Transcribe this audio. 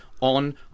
on